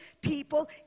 people